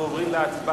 בעד,